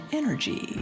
energy